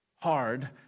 hard